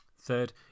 Third